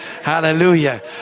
Hallelujah